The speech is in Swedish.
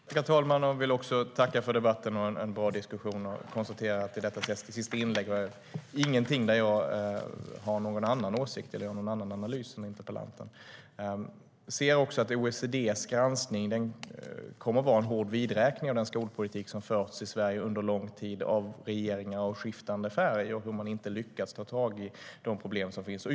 Herr talman! Jag vill också tacka för debatten och en bra diskussion. Jag konstaterar att i det sista inlägget finns ingenting där jag har någon annan åsikt eller gör en annan analys än interpellanten. OECD:s granskning är en hård vidräkning med den skolpolitik som har förts i Sverige under lång tid av regeringar av skiftande färg. De har inte lyckats ta tag i de problem som finns.